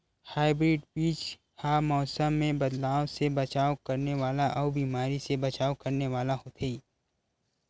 hybrid बीज हा मौसम मे बदलाव से बचाव करने वाला अउ बीमारी से बचाव करने वाला होथे